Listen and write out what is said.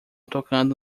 tocando